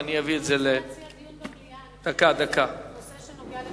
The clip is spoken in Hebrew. אני חושבת שזה נושא שנוגע לכולם.